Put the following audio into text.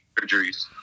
surgeries